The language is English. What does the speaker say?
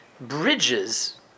bridges